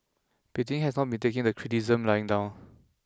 Beijing has not been taking the criticisms lying down